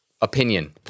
opinion